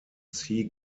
sea